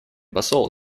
посол